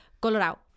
Colorado